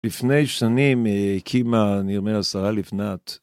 לפני שנים היא הקימה, אני אומר השרה לבנת.